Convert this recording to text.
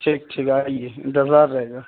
check ہے آئیے انتظار رہے گا